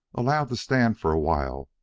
allowed to stand for a while,